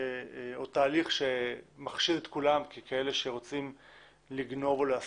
תהליך שמחשיד את כולם ככאלה שרוצים להסתיר